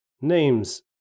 name's